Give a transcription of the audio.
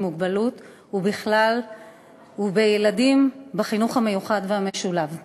מוגבלות בכלל ובילדים בחינוך המיוחד והמשולב בפרט.